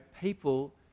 people